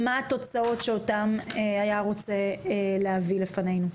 מה התוצאות שאותם היה רוצה להביא לפנינו.